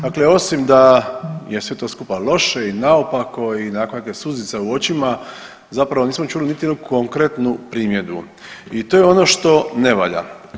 Dakle, osim da je sve to skupa loše i naopako i onako neke suzice u očima zapravo nismo čuli niti jednu konkretnu primjedbu i to je ono što ne valja.